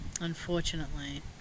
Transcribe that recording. unfortunately